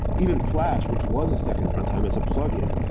even flash, which was a second runtime as a plug-in,